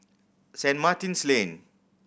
Saint Martin's Lane